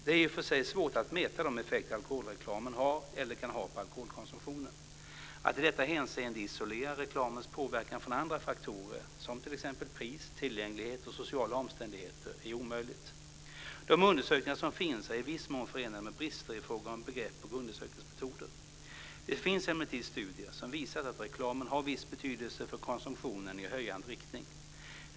Det är i och för sig svårt att mäta de effekter alkoholreklamen har eller kan ha på alkoholkonsumtionen. Att i detta hänseende isolera reklamens påverkan från andra faktorer som t.ex. pris, tillgänglighet och sociala omständigheter är omöjligt. De undersökningar som finns är i viss mån förenade med brister i fråga om begrepp och undersökningsmetoder. Det finns emellertid studier som visat att reklamen har viss betydelse för konsumtionen i höjande riktning.